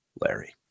Larry